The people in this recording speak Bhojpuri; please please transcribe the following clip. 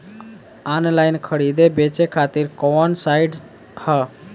आनलाइन खरीदे बेचे खातिर कवन साइड ह?